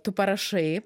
tu parašai